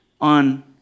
on